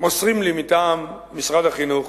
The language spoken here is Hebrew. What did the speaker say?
מוסרים לי מטעם משרד החינוך